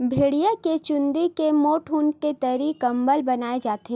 भेड़िया के चूंदी के मोठ ऊन के दरी, कंबल बनाए जाथे